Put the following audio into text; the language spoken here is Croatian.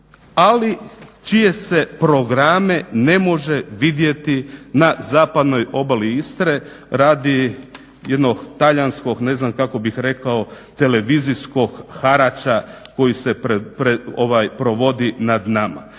ali čije se programe ne može vidjeti na zapadnoj obali Istre radi jednog talijanskog ne znam kako bih rekao televizijskog harača koji se provodi nad nama.